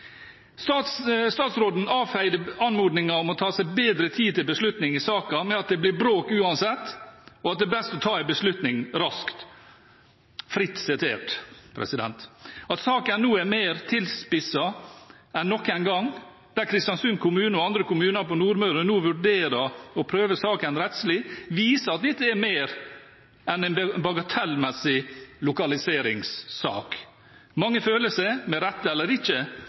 Statsråden avfeide anmodningen om å ta seg bedre tid til beslutning i saken med at det ble bråk uansett, og at det var best å ta en beslutning raskt – fritt sitert. At saken nå er mer tilspisset enn noen gang, der Kristiansund kommune og andre kommuner på Nordmøre nå vurderer å prøve saken rettslig, viser at dette er mer enn en bagatellmessig lokaliseringssak. Mange føler seg, med rette eller ikke,